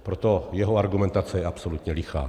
Proto je jeho argumentace absolutně lichá.